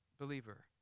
believer